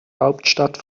hauptstadt